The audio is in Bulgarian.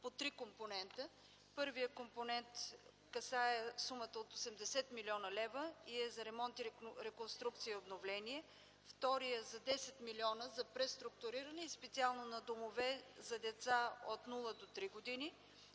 по три компонента. Първият компонент касае сумата от 80 млн. лв. и е за ремонт, реконструкция и обновление. Вторият е за 10 милиона – за преструктуриране, специално на домове за деца от 0 до 3 години.